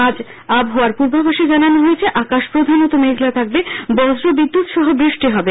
আজ আবহাওয়ার পূর্বাভাসে জানানো হয়েছে আকাশ প্রধানত মেঘলা থাকবে বজ্র বিদ্যুৎ সহ বৃষ্টি হবে